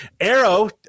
Arrow